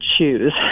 choose